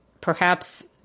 perhaps-